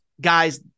guys